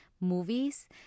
movies